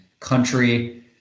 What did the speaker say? country